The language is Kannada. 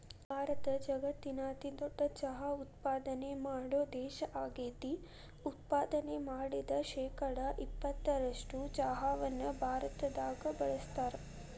ಭಾರತ ಜಗತ್ತಿನ ಅತಿದೊಡ್ಡ ಚಹಾ ಉತ್ಪಾದನೆ ಮಾಡೋ ದೇಶ ಆಗೇತಿ, ಉತ್ಪಾದನೆ ಮಾಡಿದ ಶೇಕಡಾ ಎಪ್ಪತ್ತರಷ್ಟು ಚಹಾವನ್ನ ಭಾರತದಾಗ ಬಳಸ್ತಾರ